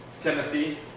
Timothy